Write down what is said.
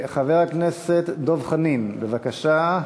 חבר הכנסת דב חנין, בבקשה.